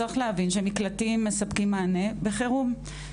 צריך להבין שמקלטים מספקים מענה בחירום.